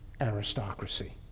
aristocracy